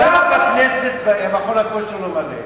אז למה בכנסת מכון הכושר לא מלא?